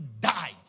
died